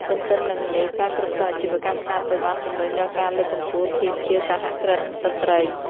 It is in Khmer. ទទ្ទឹមនឹងនេះ ការគ្រប់គ្រងអាជីវកម្មខ្នាតតូច បានជម្រុញដល់ការលើកកម្ពស់ភាពជាសហគ្រិនស្ត្រី។